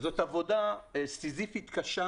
את עבודה סיזיפית קשה